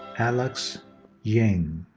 alex yang.